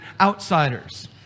outsiders